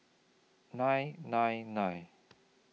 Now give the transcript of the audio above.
nine nine nine